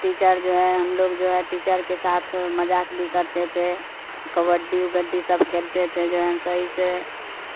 teacher جو ہے ہم لوگ جو ہے ٹیچر کے ساتھ مذاق بھی کرتے تھے کبڈی ابڈی سب کھیلتے تھے جو ہیں ہم صحیح سے